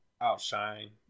outshine